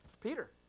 Peter